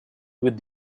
with